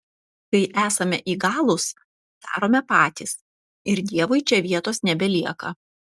kai esame įgalūs darome patys ir dievui čia vietos nebelieka